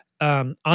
On